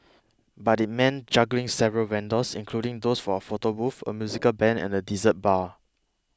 but it meant juggling several vendors including those for a photo booth a musical band and a dessert bar